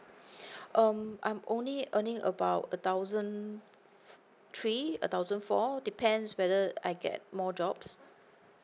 um I'm only earning about a thousand three a thousand four depends whether I get more jobs